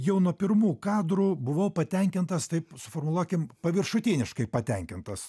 jau nuo pirmų kadrų buvau patenkintas taip suformuluokim paviršutiniškai patenkintas